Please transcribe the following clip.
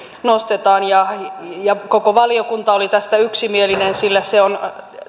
nostetaan koko valiokunta oli tästä yksimielinen sillä se on